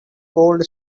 gold